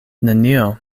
nenio